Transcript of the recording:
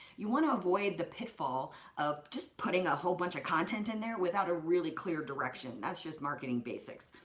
you wanna avoid the pitfall of just putting a whole bunch of content in there without a really clear direction. that's just marketing basics.